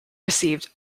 received